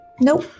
nope